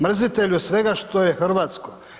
Mrzitelju svega što je hrvatsko.